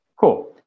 Cool